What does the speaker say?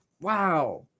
Wow